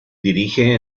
dirige